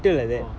!wah!